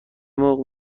مرغ